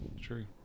True